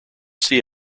see